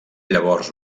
llavors